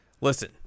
Listen